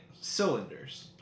cylinders